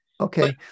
Okay